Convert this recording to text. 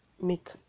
make